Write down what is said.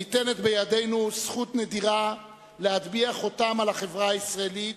ניתנת בידינו זכות נדירה להטביע חותם על החברה הישראלית,